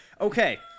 Okay